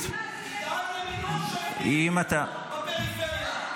--- תדאג למינוי שופטים בפריפריה,